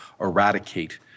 eradicate